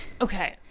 Okay